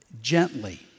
gently